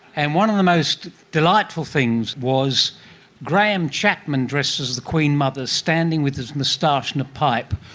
and one of the most delightful things was graham chapman dressed as the queen's mother standing with his moustache and a pipe,